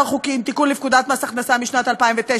חוקים: תיקון לפקודת מס הכנסה משנת 2009,